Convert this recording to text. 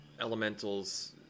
elementals